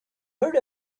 heard